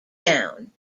down